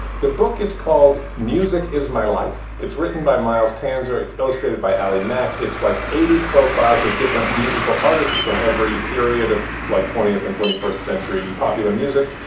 the book is called music is my life. it's written by miles tanzer. it's illustrated by ali mac. it's like eighty profiles of different musical artists from every period of like twentieth and twenty first century popular music.